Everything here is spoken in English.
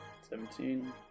Seventeen